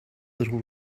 little